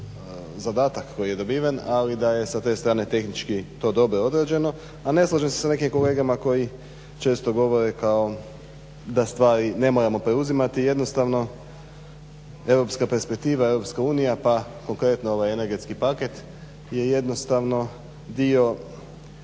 zadatak koji je dobiven ali da je sa te strane tehnički to dobro odrađeno, a ne slažem se s nekim kolegama koji često govore kao da stvari ne moramo preuzimati. Jednostavno europska perspektiva, EU pa konkretno ovaj energetski paket je jednostavno dio